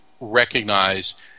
recognize